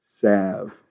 salve